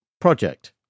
project